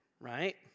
right